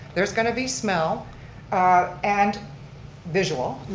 there's going to be smell and visual.